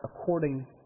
according